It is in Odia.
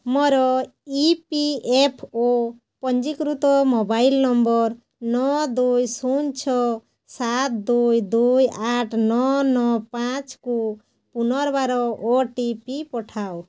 ମୋର ଇ ପି ଏଫ୍ ଓ ପଞ୍ଜୀକୃତ ମୋବାଇଲ୍ ନମ୍ବର୍ ନଅ ଦୁଇ ଶୂନ ଛଅ ସାତ ଦୁଇ ଦୁଇ ଆଠ ନଅ ନଅ ପାଞ୍ଚକୁ ପୁନର୍ବାର ଓ ଟି ପି ପଠାଅ